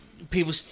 People